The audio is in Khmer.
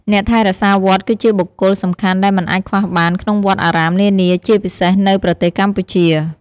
អ្នកថែរក្សាវត្ត គឺជាបុគ្គលសំខាន់ដែលមិនអាចខ្វះបានក្នុងវត្តអារាមនានា ជាពិសេសនៅប្រទេសកម្ពុជា។